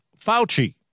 Fauci